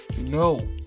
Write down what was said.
no